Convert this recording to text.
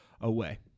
away